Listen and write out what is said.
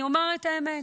אני אומר את האמת.